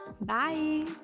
Bye